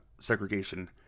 segregation